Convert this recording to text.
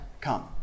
come